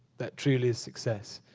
that truly is success.